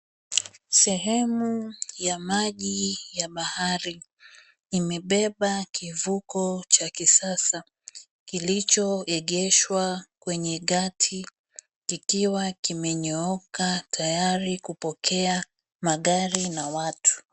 Sehemu ya maji ya bahari imebeba kivuko cha kisasa kilichoegeshwa kwenye gati kikiwa kimenyooka kikiwa tayari kupokea magari na watu.